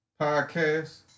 podcast